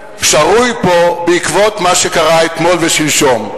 שרוי פה בעקבות מה שקרה אתמול ושלשום.